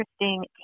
interesting